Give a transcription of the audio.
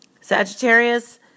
Sagittarius